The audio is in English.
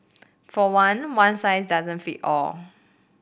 for one one size doesn't fit all